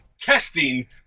testing